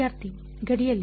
ವಿದ್ಯಾರ್ಥಿ ಗಡಿಯಲ್ಲಿ